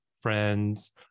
friends